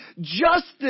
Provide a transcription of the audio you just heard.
justice